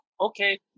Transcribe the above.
Okay